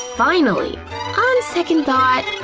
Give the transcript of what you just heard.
finally! on second thought,